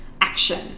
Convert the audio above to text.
action